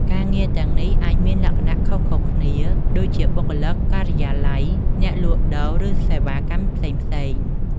ការងារទាំងនេះអាចមានលក្ខណៈខុសៗគ្នា ដូចជាបុគ្គលិកការិយាល័យ អ្នកលក់ដូរ ឬសេវាកម្មផ្សេងៗ។